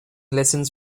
lessons